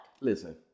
Listen